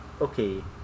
okay